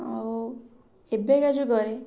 ଆଉ ଏବେକା ଯୁଗରେ